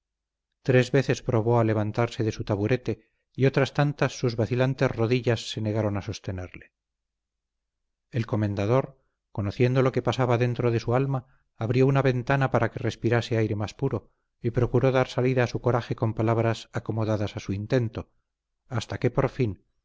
tres veces probó a levantarse de su taburete y otras tantas sus vacilantes rodillas se negaron a sostenerle el comendador conociendo lo que pasaba dentro de su alma abrió una ventana para que respirase aire más puro y procuró dar salida a su coraje con palabras acomodadas a su intento hasta que por fin